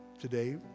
today